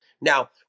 Now